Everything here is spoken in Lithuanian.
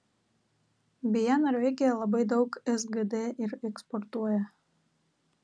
beje norvegija labai daug sgd ir eksportuoja